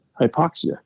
hypoxia